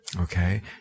okay